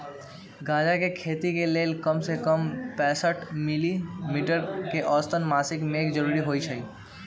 गजा के खेती के लेल कम से कम पैंसठ मिली मीटर के औसत मासिक मेघ जरूरी हई